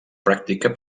pràctica